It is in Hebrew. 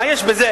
מה יש בזה?